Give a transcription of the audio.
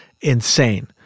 insane